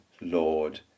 Lord